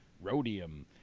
rhodium